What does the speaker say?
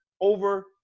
over